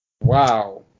Wow